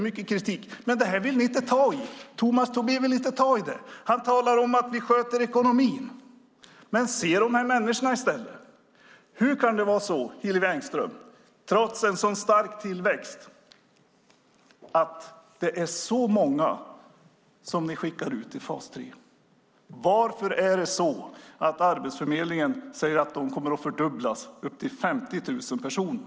Men det här vill ni inte ta i. Tomas Tobé vill inte ta i det. Han talar om att vi sköter ekonomin. Men se dessa människor i stället! Hur kan det vara så, Hillevi Engström, att ni skickar ut så många i fas 3 trots att det är en så stark tillväxt? Varför säger Arbetsförmedlingen att antalet personer i fas 3 kommer att fördubblas till 50 000 personer?